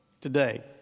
today